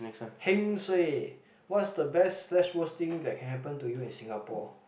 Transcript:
Heng Suay what's the best slash worst thing that can happen to you in Singapore